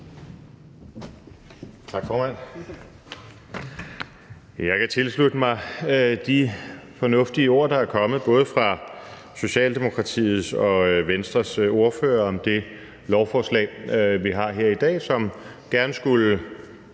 Tak, formand. Jeg kan tilslutte mig de fornuftige ord, der er kommet, både fra Socialdemokratiets og Venstres ordførere om det lovforslag, vi har her i dag, som gerne skulle